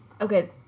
Okay